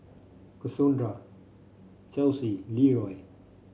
Cassondra Chelsey Leeroy